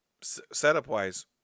Setup-wise